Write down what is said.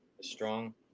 Strong